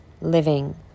living